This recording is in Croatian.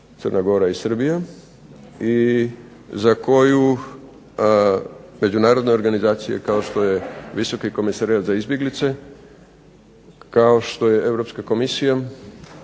i za koju međunarodne organizacije kao što je Visoki komesarijat za izbjeglice, kao što je Europska Komisija